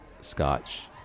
scotch